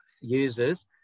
users